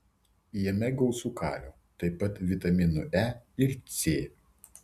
jame gausu kalio taip pat vitaminų e ir c